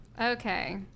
Okay